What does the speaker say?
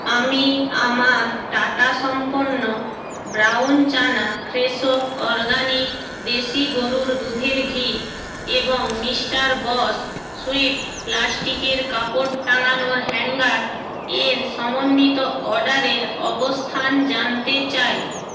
আমি আমার Tata Sampann brown chana Fresho organic দেশি গরুর দুধের ঘি এবং মিস্টার বস সুইফট প্লাস্টিকের কাপড় টাঙানোর হ্যাঙ্গার এর সমন্বিত অর্ডারের অবস্থান জানতে চাই